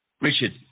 Richard